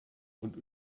und